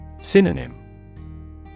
Synonym